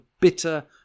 bitter